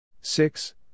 Six